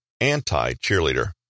anti-cheerleader